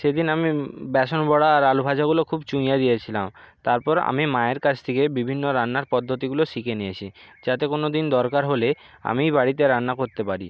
সেদিন আমি বেসন বড়া আর আলু ভাজাগুলো খুব চুঁইয়ে দিয়েছিলাম তারপর আমি মায়ের কাছ থেকে বিভিন্ন রান্নার পদ্ধতিগুলো শিখে নিয়েছি যাতে কোনো দিন দরকার হলে আমিই বাড়িতে রান্না করতে পারি